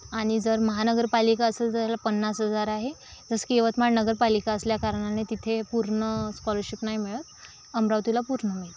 आणि जर महानगरपालिका असेल तर पन्नास हजार आहे जसं की यवतमाळ नगरपालिका असल्याकारणाने तिथं पूर्ण स्कॉलरशिप नाही मिळत अमरावतीला पूर्ण मिळते